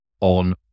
on